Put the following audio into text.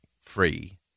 free